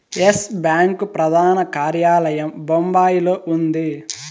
yes Bank ప్రధాన కార్యాలయం బొంబాయిలో ఉంది